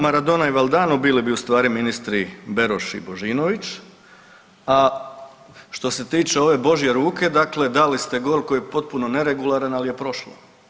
Maradona i Valdano bili bi u stvari ministri Beroš i Božinović, a što se tiče ove Božje ruke, dakle dali ste gol koji je potpuno neregularan, al je prošlo.